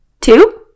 two